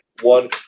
one